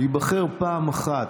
ייבחר פעם אחת,